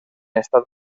estat